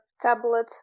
tablet